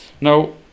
now